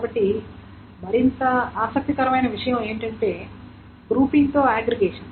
కాబట్టి మరింత ఆసక్తికరమైన విషయం ఏమిటంటే గ్రూపింగ్ తో అగ్రిగేషన్